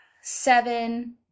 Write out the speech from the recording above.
seven